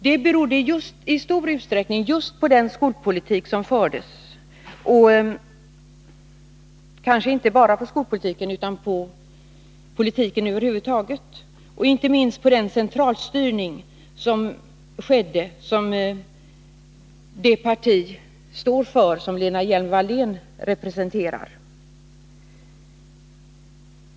Det berodde i stor utsträckning just på den skolpolitik som fördes — men kanske inte bara på skolpolitiken, utan på politiken över huvud taget, och inte minst på den centralstyrning som det parti står för som Lena Hjelm-Wallén representerar.